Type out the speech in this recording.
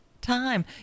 time